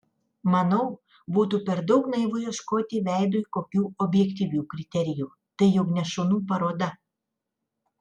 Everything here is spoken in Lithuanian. manau būtų per daug naivu ieškoti veidui kokių objektyvių kriterijų tai juk ne šunų paroda